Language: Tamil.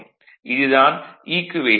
இது தான் ஈக்குவேஷன் 7